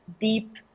deep